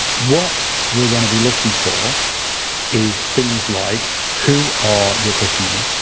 what we're going to be looking for is things like who are your customers,